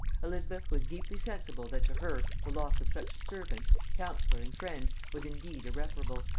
elizabeth was deeply sensible that to her the loss of such a servant, counsellor, and friend was indeed irreparable.